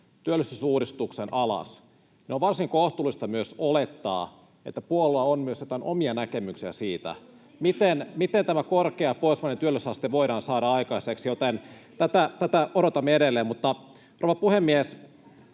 työllisyysuudistuksen alas, niin on varsin kohtuullista myös olettaa, että puolueella on myös joitain omia näkemyksiä siitä, miten tämä korkea pohjoismainen työllisyysaste voidaan saada aikaiseksi, [Pia Viitasen välihuuto — Piritta